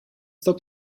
stop